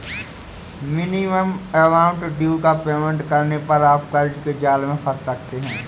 minimum amount due का payment करने पर आप कर्ज के जाल में फंस सकते हैं